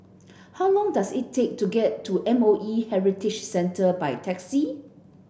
how long does it take to get to M O E Heritage Centre by taxi